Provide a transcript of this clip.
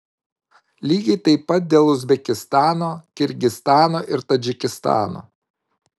lygiai taip pat dėl uzbekistano kirgizstano ir tadžikistano